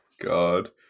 God